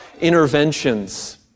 interventions